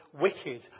wicked